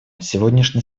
сегодняшний